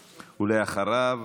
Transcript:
ואחריו,